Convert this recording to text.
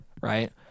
right